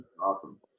awesome